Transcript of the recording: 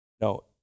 No